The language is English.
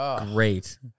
Great